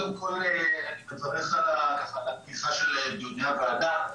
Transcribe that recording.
אני מברך על הפתיחה של דיוני הוועדה.